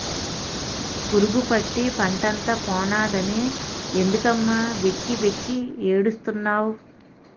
పురుగుపట్టి పంటంతా పోనాదని ఎందుకమ్మ వెక్కి వెక్కి ఏడుస్తున్నావ్